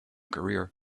career